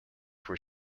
where